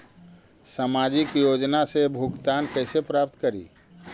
सामाजिक योजना से भुगतान कैसे प्राप्त करी?